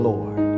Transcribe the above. Lord